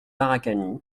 barakani